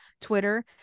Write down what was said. twitter